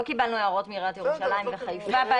לא קיבלנו הערות מעיריית ירושלים וחיפה בעניין הזה.